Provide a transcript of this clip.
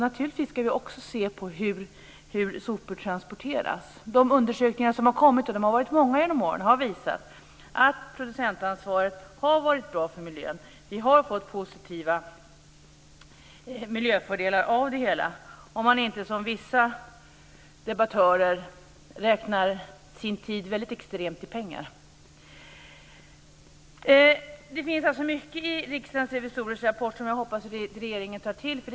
Naturligtvis ska vi också se på hur sopor transporteras. De undersökningar som har kommit - de har varit många under åren - har visat att producentansvaret har varit bra för miljön. Vi har fått positiva miljöfördelar av det hela, om man inte som vissa debattörer väldigt extremt räknar sin tid i pengar. Det finns alltså mycket i Riksdagens revisorers rapport som jag hoppas att regeringen tar till sig.